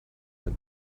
and